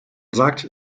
sagt